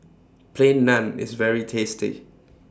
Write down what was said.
Plain Naan IS very tasty